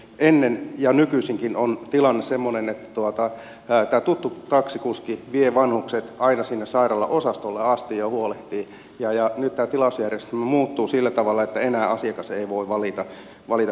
ennen on tilanne ollut ja nykyisinkin on semmoinen että tämä tuttu taksikuski vie vanhukset aina sinne sairaalan osastolle asti ja huolehtii ja nyt tämä tilausjärjestelmä muuttuu sillä tavalla että enää asiakas ei voi valita kuljettajaansa